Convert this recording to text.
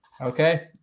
Okay